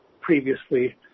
previously